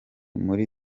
muri